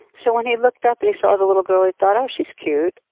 so when he looked up and he saw the little girl, he thought, oh, she's cute.